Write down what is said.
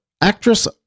actress